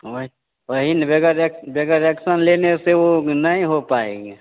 वह वही ना बग़ैर एक बग़ैर एक्शन लेने से वह नहीं हो पाएँगे